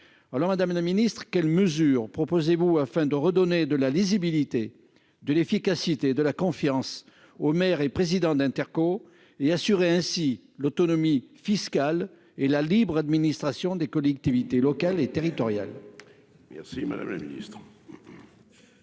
Madame la ministre, quelles mesures proposez-vous pour redonner de la lisibilité, de l'efficacité et de la confiance aux maires et aux présidents d'intercommunalités, assurant ainsi l'autonomie fiscale et la libre administration des collectivités locales et territoriales ?